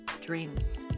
dreams